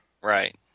right